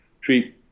treat